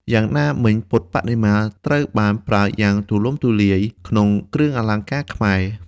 យ៉ាងណាមិញពុទ្ធបដិមាត្រូវបានប្រើយ៉ាងទូលំទូលាយក្នុងគ្រឿងអលង្ការខ្មែរ។